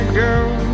girl